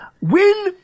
Win